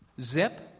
Zip